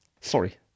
sorry